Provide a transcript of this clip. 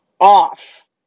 off